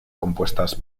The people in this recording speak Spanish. compuestas